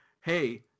hey